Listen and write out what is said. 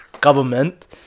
government